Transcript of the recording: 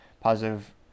positive